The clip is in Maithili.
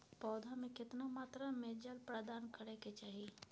पौधा में केतना मात्रा में जल प्रदान करै के चाही?